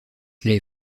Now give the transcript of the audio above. les